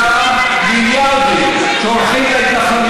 הצעה ידידותית, בנושא הזה אל תדברי.